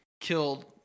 killed